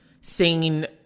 seen